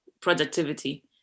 productivity